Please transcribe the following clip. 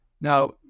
Now